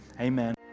amen